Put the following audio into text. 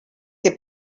que